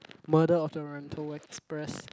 Murder of the Oriental Express